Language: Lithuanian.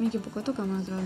mikė pūkuotuką man atrodo